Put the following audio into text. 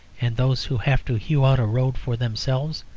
and those who have to hew out a road for themselves